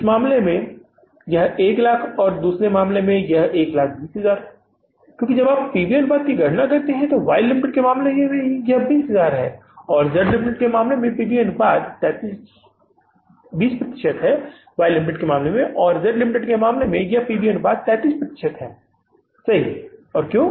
एक मामले में यह 100000 है और दूसरे मामले में यह 120000 है क्योंकि जब आप पी वी अनुपात की गणना करते हैं तो वाई लिमिटेड के मामले में 20 प्रतिशत और जेड लिमिटेड के मामले में पी वी अनुपात 33 फीसदी है सही और क्यों